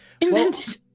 Invented